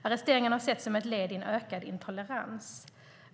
Arresteringarna har setts som ett led i en ökad intolerans.